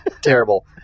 terrible